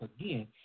again